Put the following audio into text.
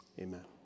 amen